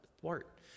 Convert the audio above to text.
thwart